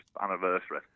anniversary